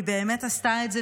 והיא באמת עשתה את זה,